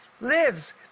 lives